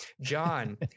John